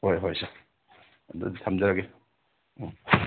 ꯍꯣꯏ ꯍꯣꯏ ꯁꯔ ꯑꯗꯨꯗꯤ ꯊꯝꯖꯔꯒꯦ ꯎꯝ